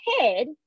head